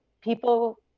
people